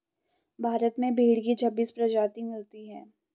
भारत में भेड़ की छब्बीस प्रजाति मिलती है